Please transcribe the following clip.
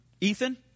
Ethan